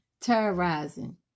terrorizing